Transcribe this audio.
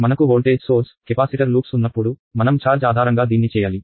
మనకు voltage source capacitor loops ఉన్నప్పుడు మనం ఛార్జ్ ఆధారంగా దీన్ని చేయాలి